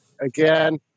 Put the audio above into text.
again